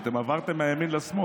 אבל אתם עברתם מהימין לשמאל.